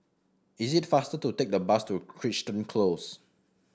is it faster to take the bus to Crichton Close